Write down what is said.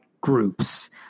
groups